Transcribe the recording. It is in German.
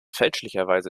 fälschlicherweise